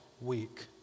week